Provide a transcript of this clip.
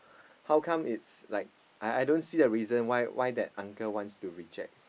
how come is like I don't see the reason why the uncle wants to reject